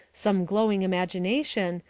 some glowing imagination,